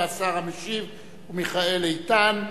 והשר המשיב הוא מיכאל איתן.